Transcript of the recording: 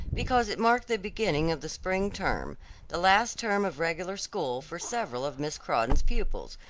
because it marked the beginning of the spring term the last term of regular school for several of miss crawdon's pupils,